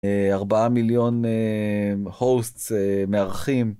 ארבעה מיליון הוסט, מארחים.